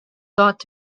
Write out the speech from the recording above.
thought